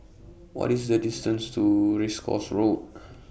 What IS The distance to Race Course Road